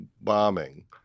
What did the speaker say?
bombing